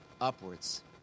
Upwards